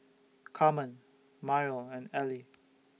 Carmen Myrle and Ely